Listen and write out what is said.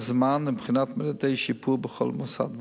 זמן ולבחינת מדדי שיפור בכל מוסד ומוסד.